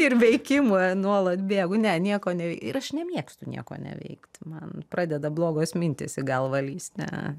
ir veikimą nuolat bėgu ne nieko nei ir aš nemėgstu nieko neveikt man pradeda blogos mintys į galvą lįst ne